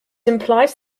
implies